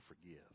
forgive